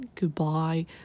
Goodbye